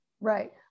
Right